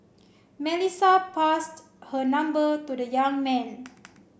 Melissa passed her number to the young man